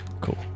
Cool